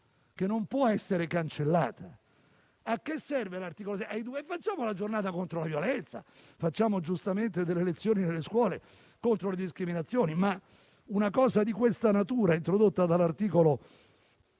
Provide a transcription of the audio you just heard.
che non può essere cancellata. A che serve l'articolo 7? Facciamo la giornata contro la violenza; facciamo giustamente delle lezioni nelle scuole contro le discriminazioni, ma una cosa di questa natura, introdotta dall'articolo 7,